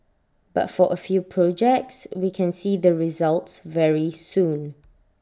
but for A few projects we can see the results very soon